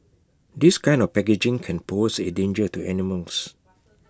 this kind of packaging can pose A danger to animals